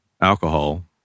alcohol